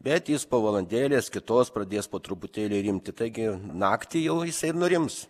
bet jis po valandėlės kitos pradės po truputėlį rimti taigi naktį jau jisai nurims